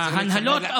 ההנהלות,